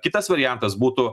kitas variantas būtų